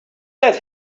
let